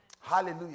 Hallelujah